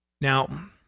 Now